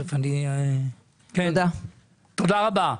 תודה רבה.